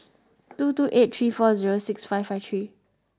two two eight three four zero six five five three